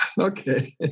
Okay